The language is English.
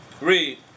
read